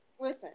Listen